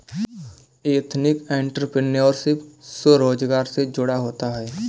ethnic entrepreneurship स्वरोजगार से जुड़ा होता है